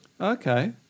Okay